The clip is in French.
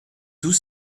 tout